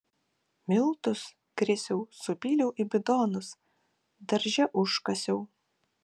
miltus krisiau supyliau į bidonus darže užkasiau